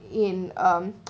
in um